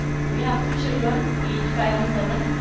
so we have two children, aged five and seven,